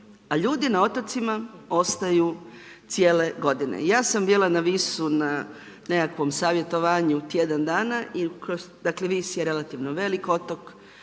A ljudi na otocima ostaju cijele godine. Ja sam bila na Visu na nekakvom savjetovanju tjedan dan i dakle Vis je relativno velik otok,